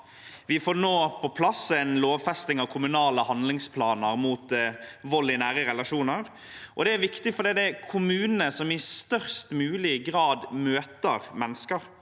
Vi får nå på plass en lovfesting av kommunale handlingsplaner mot vold i nære relasjoner. Det er viktig fordi det er kommunene som i størst mulig grad møter mennesker,